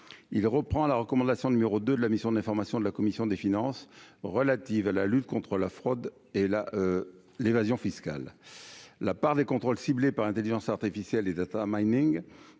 il reprend la recommandation numéro 2 de la mission d'information de la commission des Finances relative à la lutte contre la fraude et la l'évasion fiscale, la part des contrôles ciblés par l'Intelligence artificielle et Data Mining,